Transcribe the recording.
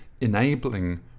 enabling